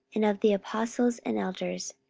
and of the apostles and elders,